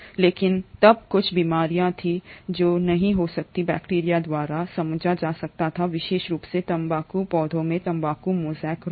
लेकिन तब कुछ बीमारियां थीं जो नहीं हो सकती थीं बैक्टीरिया द्वारा समझाया जा सकता है विशेष रूप से तंबाकू पौधों में तंबाकू मोज़ेक रोग